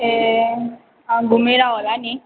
ए घुमेर होला नि